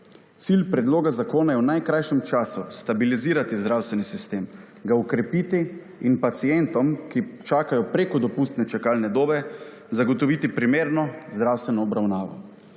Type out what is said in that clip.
Cilj predloga zakona je v najkrajšem času stabilizirati zdravstveni sistem, ga okrepiti in pacientom, ki čakajo preko dopustne čakalne dobe, zagotoviti primerno zdravstveno obravnavo.